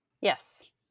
Yes